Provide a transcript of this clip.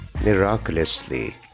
Miraculously